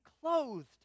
clothed